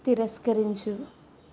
తిరస్కరించు